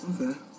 Okay